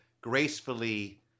gracefully